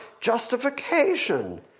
justification